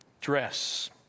Dress